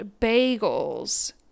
bagels